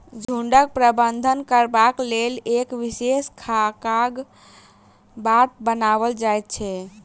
झुंडक प्रबंधन करबाक लेल एक विशेष खाकाक बाट बनाओल जाइत छै